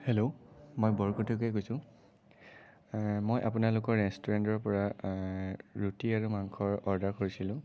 hello মই বৰকটকীয়ে কৈছোঁ মই আপোনালোকৰ ৰেষ্টুৰেণ্টৰপৰা ৰুটি আৰু মাংসৰ অৰ্ডাৰ কৰিছিলোঁ